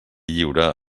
lliure